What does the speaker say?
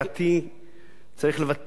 צריך לבטל, לא לאחד את המועצות,